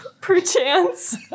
perchance